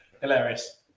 hilarious